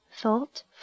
thought